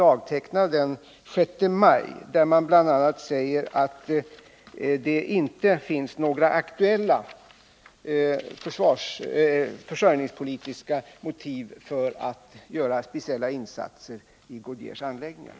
dagtecknad den 6 maj, där styrelsen bl.a. säger att det inte finns några aktuella försörjnings politiska motiv för att göra speciella insatser för produktionen vid Goodyears anläggningar.